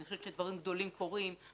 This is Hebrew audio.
אני חושבת שדברים גדולים קורים.